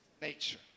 nature